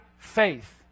Faith